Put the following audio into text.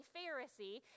Pharisee